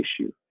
issue